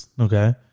Okay